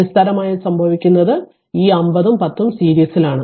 അടിസ്ഥാനപരമായി സംഭവിക്കുന്നത് ഈ 5 ഉം 10 ഉം Ω സീരീസിലാണ്